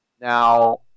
now